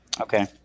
Okay